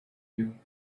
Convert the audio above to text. you